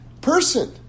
person